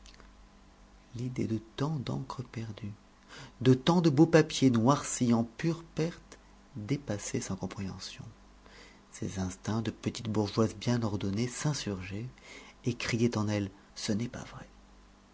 l'idée de tant d'encre perdue de tant de beau papier noirci en pure perte dépassait sa compréhension ses instincts de petite bourgeoise bien ordonnée s'insurgeaient et criaient en elle ce n'est pas vrai